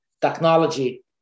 technology